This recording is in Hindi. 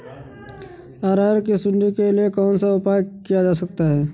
अरहर की सुंडी के लिए कौन सा उपाय किया जा सकता है?